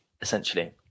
essentially